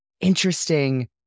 interesting